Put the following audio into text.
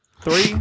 Three